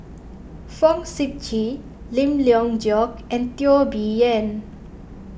Fong Sip Chee Lim Leong Geok and Teo Bee Yen